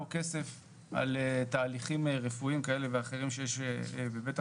או כסף על תהליכים רפואיים כאלה ואחרים שיש בבית החולים.